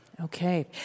Okay